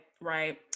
right